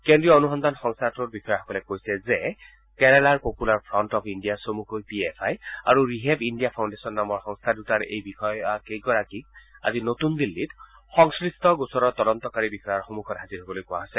কেন্দ্ৰীয় অনুসন্ধান সংস্থাটোৰ বিষয়াসকলে কৈছে যে কেৰালাৰ পপূলাৰ ফ্ৰণ্ট অব ইণ্ডিয়া চমুকৈ পিএফআই আৰু ৰিহেব ইণ্ডিয়া ফাউণ্ডেচন নামৰ সংস্থা দুটাৰ এই বিষয়াকেইগৰাকীক আজি নতুন দিল্লীত সংশ্লিষ্ট গোচৰৰ তদন্তকাৰী বিষয়াৰ সন্মুখত হাজিৰ হ'বলৈ কোৱা হৈছে